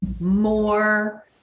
more